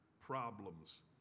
problems